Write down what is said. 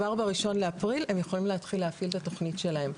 כבר ב-1 לאפריל הם יכולים להתחיל להפעיל את התוכנית שלהם.